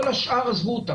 את כל השאר עזבו.